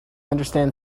understand